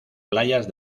playas